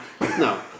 No